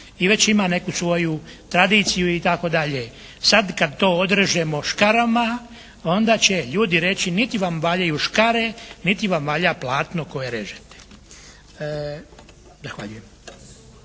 i već ima neku svoju tradiciju itd. Sad kad to odrežemo škarama onda će ljudi reći niti vam valjaju škare niti vam valja platno koje režete.